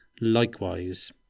likewise